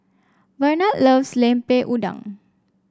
Barnard loves Lemper Udang